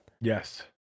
Yes